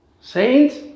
Saints